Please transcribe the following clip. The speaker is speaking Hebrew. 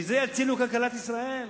מזה יצילו את כלכלת ישראל?